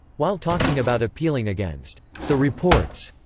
while talking about appealing against the reports,